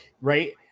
right